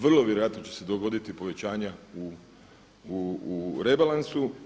Vrlo vjerojatno će se dogoditi povećanja u rebalansu.